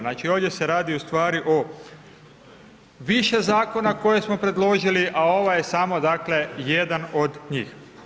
Znači ovdje se radi ustvari o više zakona koje smo predložili a ovo je samo dakle jedan od njih.